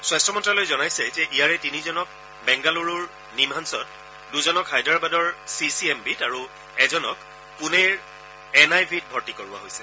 স্বাস্থ্য মন্ত্যালয়ে জনাইছে যে ইয়াৰে তিনিজনক বেংগালুৰুৰ নিমহানছত দুজনক হায়দৰাবাদৰ চি চি এম বিত আৰু এজনক পুনেৰ এন আই ভিত ভৰ্তি কৰোৱা হৈছে